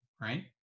right